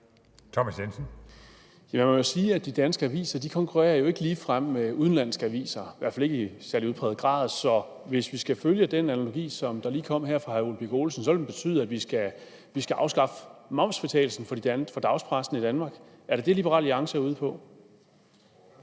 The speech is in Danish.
Thomas Jensen (S): Jeg må sige, at de danske aviser jo ikke ligefrem konkurrerer med udenlandske aviser, i hvert fald ikke i særlig udpræget grad. Så hvis vi skal følge den analogi, som der lige kom her fra hr. Ole Birk Olesen, vil det betyde, at vi skal afskaffe momsfritagelsen for dagspressen i Danmark. Er det det, Liberal Alliance er ude på?